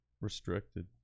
Restricted